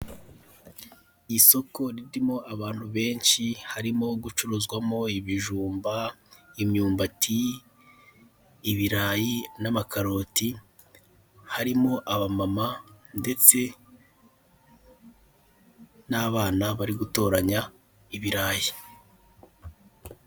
Isoko ririmo abantu benshi harimo gucuruzwamo ibijumba, imyumbati, ibirayi n'amakaroti harimo abamama ndetse n'abana bari gutoranya ibirayi.